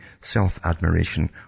self-admiration